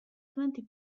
twenty